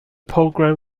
program